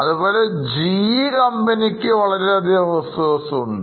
അതുപോലെ GE കമ്പനിക്ക് വളരെ അധികം reserves ഉണ്ട്